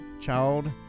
child